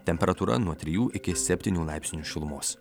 temperatūra nuo trijų iki septynių laipsnių šilumos